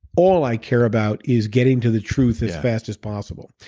all i care about is getting to the truth as fast as possible.